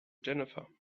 jennifer